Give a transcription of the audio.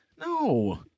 No